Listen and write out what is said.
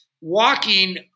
Walking